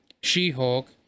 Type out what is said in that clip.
She-Hulk